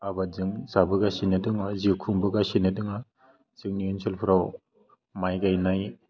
आबादजों जाबोगासिनो दङ जिउ खुबोगासिनो दङ जोंनि ओनसोलफ्राव माय गायनाय